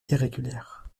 irrégulière